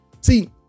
see